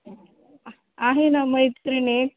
आहे ना मैत्रीण आहे